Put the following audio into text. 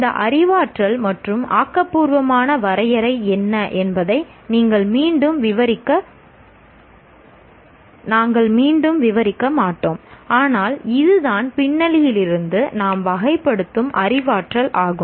இந்த அறிவாற்றல் மற்றும் ஆக்கபூர்வமான வரையறை என்ன என்பதை நாங்கள் மீண்டும் விவரிக்க மாட்டோம் ஆனால் இதுதான் பின்னணியிலிருந்து நாம் வகைப்படுத்தும் அறிவாற்றல் ஆகும்